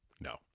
No